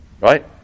Right